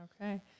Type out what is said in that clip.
Okay